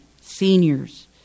seniors